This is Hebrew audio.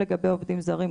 לגבי עובדים זרים,